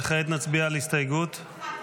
וכעת נצביע על הסתייגות --- 11.